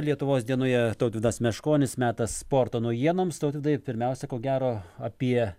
lietuvos dienoje tautvydas meškonis metas sporto naujienoms tautvydai pirmiausia ko gero apie